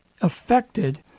affected